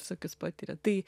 visokius patiria tai